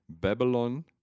Babylon